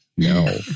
No